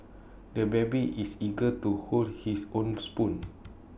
the baby is eager to hold his own spoon